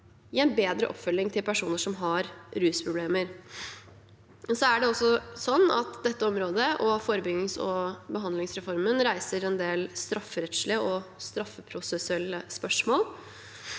gi en bedre oppfølging til personer som har rusproblemer. Det er også sånn at dette området og forebyggings- og behandlingsreformen reiser en del strafferettslige og straffeprosessuelle spørsmål.